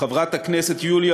חברת הכנסת יוליה